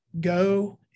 go